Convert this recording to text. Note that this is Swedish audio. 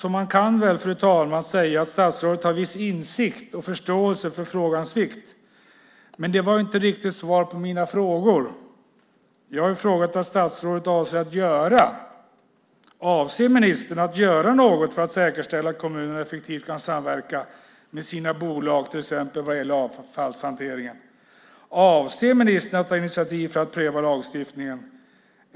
Man kan, fru talman, säga att statsrådet har viss insikt i och förståelse för frågans vikt. Men det var inte riktigt svar på mina frågor. Jag har frågat vad statsrådet avser att göra. Avser statsrådet att göra något för att säkerställa att kommunerna effektivt kan samverka med sina bolag till exempel vad gäller avfallshanteringen? Avser statsrådet att ta initiativ för att pröva lagstiftningen?